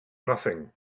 nothing